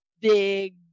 big